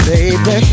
Baby